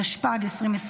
התשפ"ג 2023,